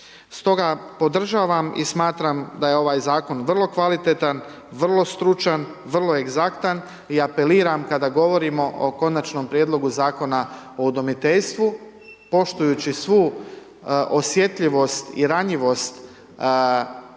Stoga podržavam i smatram da je ovaj Zakon vrlo kvalitetan, vrlo stručan, vrlo egzaktan i apeliram kada govorimo o Konačnom prijedlogu Zakona o udomiteljstvu, poštujući svu osjetljivost i ranjivost dječje